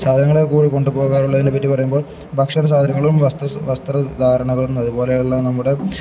സാധനങ്ങളെൊക്ക കൂടി കൊണ്ടുപോകാറുള്ളതിനെ പറ്റി പറയുമ്പോൾ ഭക്ഷണ സാധനങ്ങളും വസ്ത്ര വസ്ത്ര ധാരണവും അതുപോലെയുള്ള നമ്മുടെ